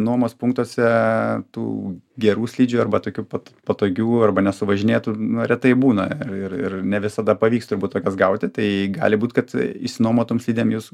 nuomos punktuose tų gerų slidžių arba tokių pat patogių arba nesuvažinėtų na retai būna ir ir ne visada pavyks turbūt tokias gauti tai gali būt kad išsinuomotom slidėm jūs